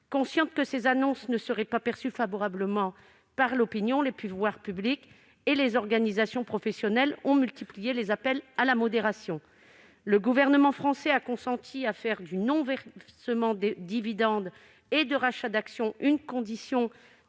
conscientes que ces annonces ne seraient pas perçues favorablement par l'opinion. Les pouvoirs publics et les organisations professionnelles ont multiplié les appels à la modération. Le gouvernement français a consenti à faire du non-versement des dividendes et de rachat d'actions une condition